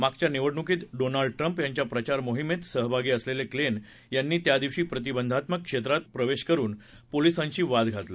मागच्या निवडणूकीत Donald Trump यांच्या प्रचार मोहिमेत सहभागी असलेले क्लेन यांनी त्यादिवशी प्रतिबंधात्मक क्षेत्रात प्रवेश करुन पोलिसांशी वाद घातला आणि झटापटही केली